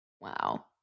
Wow